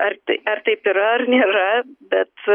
ar tai ar taip yra ar nėra bet